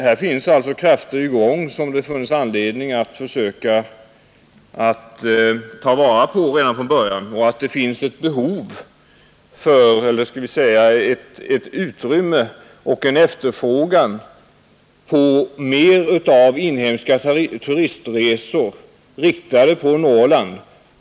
Här finns efterfrågekrafter som det funnes anledning att försöka ta vara på redan från början. Det finns ett utrymme för och en efterfrågan på mer av inhemska turistresor riktade på Norrland.